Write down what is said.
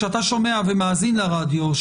כשאתה שומע ומאזין לרדיו,